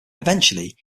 eventually